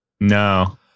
No